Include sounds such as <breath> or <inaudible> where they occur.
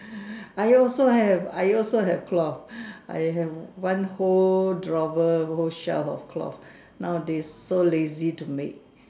<breath> I also have I also have cloth I have one whole drawer whole shelf of cloth nowadays so lazy to make